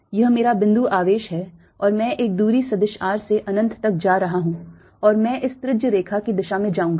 यह मेरा बिंदु आवेश है और मैं एक दूरी सदिश r से अनंत तक जा रहा हूं और मैं इस त्रिज्य रेखा की दिशा में जाऊंगा